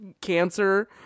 cancer